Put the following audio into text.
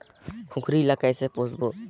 कूकरी ला कइसे पोसबो?